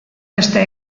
beste